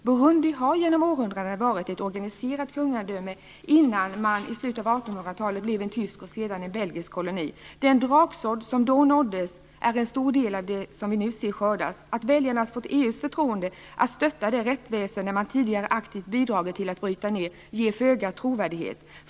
Burundi har genom århundradena varit ett organiserat kungadöme innan man i slutet av 1800-talet blev en tysk och sedan en belgisk koloni. Den draksådd som då såddes är en stor del av det som vi nu ser skördas. Att belgarna har fått EU:s förtroende att stötta det rättsväsende man tidigare aktivt har bidragit till att bryta ner ger föga trovärdighet.